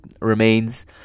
remains